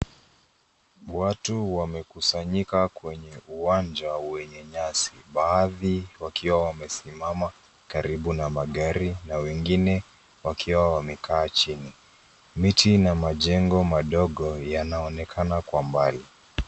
Watu wamekusanyika kwenye uwanja wenye nyasi. Baadhi wakiwa wamesimama karibu na magari na wengine wakiwa wamekaa chini. Miti na majengo madogo yanaonekana kwa mbali.